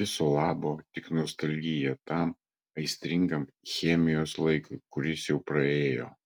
viso labo tik nostalgija tam aistringam chemijos laikui kuris jau praėjo